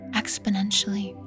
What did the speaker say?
exponentially